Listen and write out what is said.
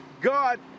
God